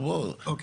אין בעיה.